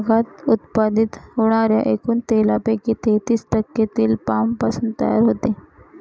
जगात उत्पादित होणाऱ्या एकूण तेलापैकी तेहतीस टक्के तेल पामपासून तयार होते